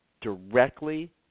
directly